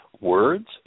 words